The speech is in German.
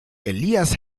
elias